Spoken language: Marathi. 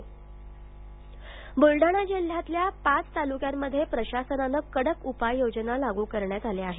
बलडाणा कडक ब्लडाणा जिल्ह्यातल्या पाच तालुक्यांमध्ये प्रशासनानं कडक उपाययोजना लागू करण्यात आल्या आहेत